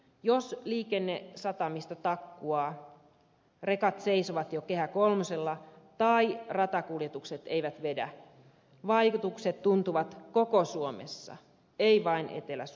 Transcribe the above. jos liikenne satamista takkuaa rekat seisovat jo kehä kolmosella tai ratakuljetukset eivät vedä vaikutukset tuntuvat koko suomessa ei vain etelä suomessa